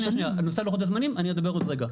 שנייה, על נושא לוחות הזמנים אדבר עוד רגע.